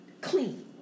clean